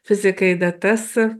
fizikai datas